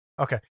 Okay